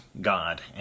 God